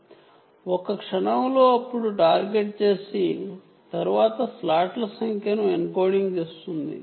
నేను దాని గురించి కొన్ని క్షణాలలో మాట్లాడుతాను ఆపై టార్గెట్ లు ఆపై స్లాట్ల ను ఎన్కోడింగ్ చేస్తుంది